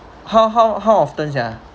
how how how often ah